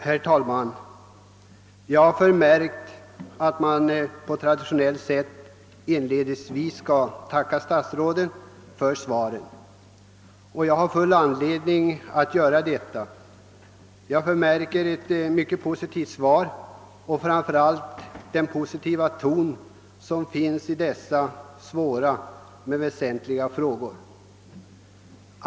Herr talman! Jag har förmärkt att man enligt traditionen inledningsvis skall tacka statsrådet för svaret, och jag har full anledning att göra detta. Svaret är mycket positivt, framför allt med tanke på dessa svåra men väsentliga frågors art.